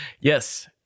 yes